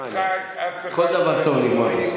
מה אני אעשה, כל דבר טוב נגמר בסוף.